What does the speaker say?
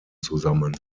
zusammen